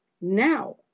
Now